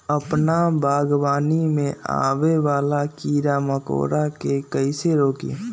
अपना बागवानी में आबे वाला किरा मकोरा के कईसे रोकी?